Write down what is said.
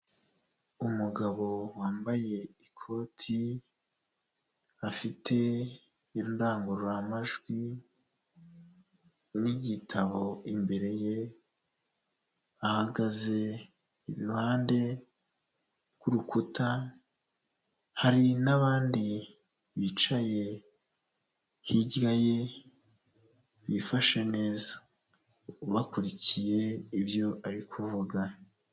Umugabo wambaye ikoti, afite indangururamajwi n'igitabo imbere ye, ahagaze iruhande rw'urukuta, hari n'abandi bicaye hirya ye bifashe neza. Bakurikiye ibyo ari kuvuga.